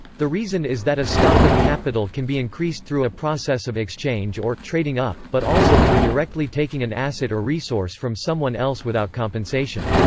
the reason is that a stock of capital can be increased through a process of exchange or trading up, but also through directly taking an asset or resource from someone else without compensation.